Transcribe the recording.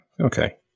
okay